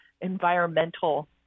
environmental